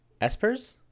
Espers